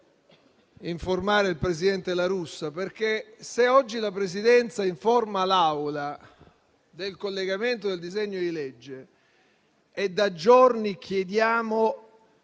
informare il presidente La Russa in merito. Oggi la Presidenza informa l'Assemblea del collegamento del disegno di legge quando da giorni chiediamo